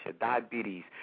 diabetes